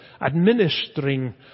administering